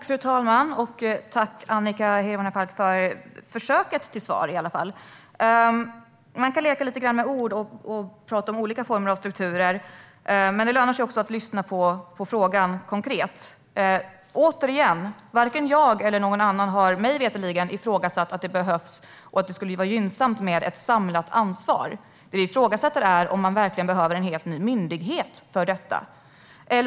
Fru talman! Tack, Annika Hirvonen Falk, för försöket till svar! Man kan leka lite grann med ord och tala om olika former av strukturer, men det lönar sig också att lyssna på den konkreta frågan. Återigen: Varken jag eller någon annan har mig veterligen ifrågasatt att ett samlat ansvar behövs och att det skulle vara gynnsamt. Det vi ifrågasätter är om man verkligen behöver en helt ny myndighet för detta.